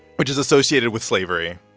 which is associated with slavery,